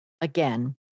Again